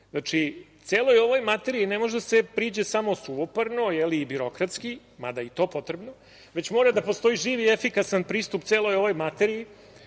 odnosi. Celoj ovoj materiji ne može da se priđe samo suvoparno i birokratski, mada je i to potrebno, već mora da postoji živ i efikasan pristup celoj ovoj materiji,